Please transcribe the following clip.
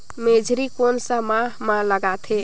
मेझरी कोन सा माह मां लगथे